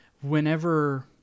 whenever